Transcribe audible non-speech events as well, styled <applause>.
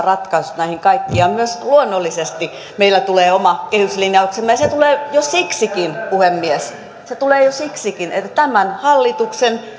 <unintelligible> ratkaisut näihin kaikkiin luonnollisesti meiltä tulee myös oma kehyslinjauksemme ja se tulee jo siksikin puhemies se tulee jo siksikin että tämän hallituksen